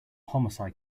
homicide